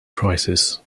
crisis